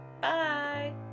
Bye